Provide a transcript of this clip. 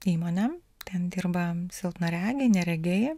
įmonę ten dirba silpnaregiai neregiai